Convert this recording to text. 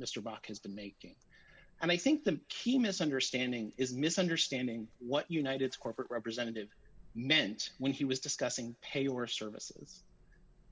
mr bach has been making and i think the key misunderstanding is misunderstanding what unite it's corporate representative meant when he was discussing pay or services